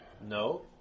No